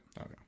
Okay